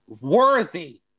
worthy